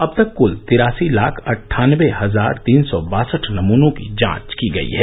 अब तक क्ल तिरासी लाख अन्ठानबे हजार तीन सौ बासठ नमुनों की जांच की गई है